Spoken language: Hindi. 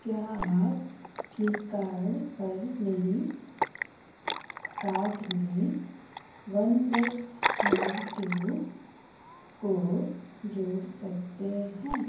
क्या आप फ्लीपकार्ड पर मेरी कार्ट में वनप्लस नोर्ड टू को जोड़ सकते हैं